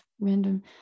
random